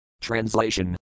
Translation